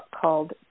called